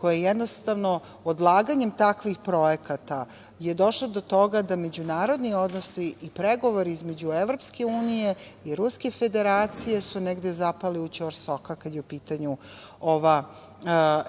koja je jednostavno odlaganjem takvih projekata došla do toga da međunarodni odnosi i pregovori između Evropske unije i Ruske Federacije su negde zapali u ćorsokak, kada je u pitanju ova